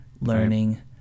learning